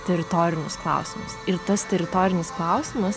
teritorinius klausimus ir tas teritorinis klausimas